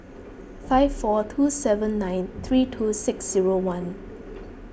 five four two seven nine three two six zero one